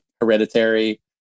Hereditary